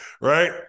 right